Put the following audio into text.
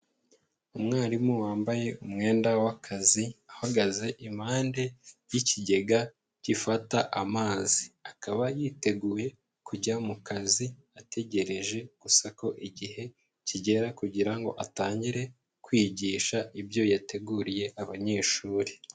Umwarimu wambaye umwenda w'akazi ahagaze impande y'ikigega gifata amazi, akaba yiteguye kujya mu kazi ategereje gusa ko igihe kigera kugira ngo atangire kwigisha ibyo yateguriye abanyeshuri.